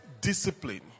discipline